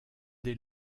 des